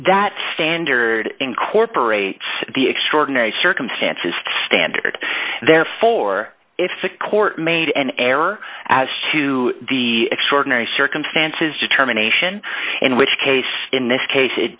that standard incorporates the extraordinary circumstances standard therefore if a court made an error as to the extraordinary circumstances determination in which case in this case it